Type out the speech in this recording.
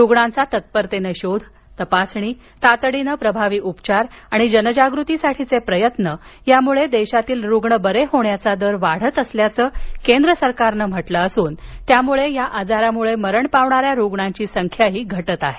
रुग्णांचा तत्परतेनं शोध तपासणी तातडीनं प्रभावी उपचार आणि जानाजागृतीसाठीचे प्रयत्न यामुळे देशातील रुग्ण बरे होण्याचं दर वाढत असल्याचं केंद्र सरकारनं म्हटलं असून त्यामुळे या आजारामुळे मरण पावणाऱ्या रुग्णांची संख्याही घटत आहे